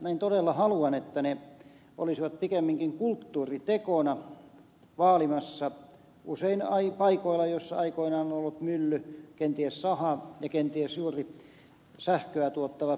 näin todella haluan että ne olisivat pikemminkin kulttuuritekona vaalimassa usein paikoilla joilla aikoinaan on ollut mylly kenties saha ja kenties juuri sähköä tuottava pienvoimala